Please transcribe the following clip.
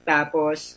Tapos